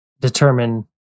determine